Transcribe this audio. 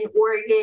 Oregon